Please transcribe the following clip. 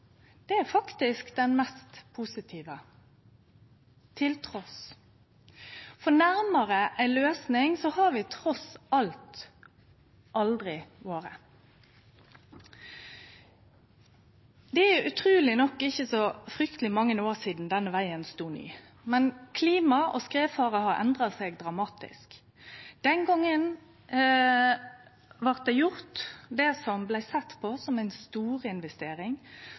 er faktisk den mest positive, for nærmare ei løysing har vi trass alt aldri vore. Det er utruleg nok ikkje så frykteleg mange år sidan denne vegen stod ny, men klimaet og skredfaren har endra seg dramatisk. Den gongen blei det gjort det som var sett på som